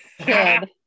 kid